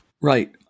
Right